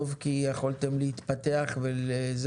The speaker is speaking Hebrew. טוב כי יכולתם להתפתח וכולי,